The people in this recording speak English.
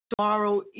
tomorrow